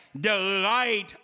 delight